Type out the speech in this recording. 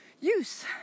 use